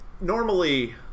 normally